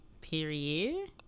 period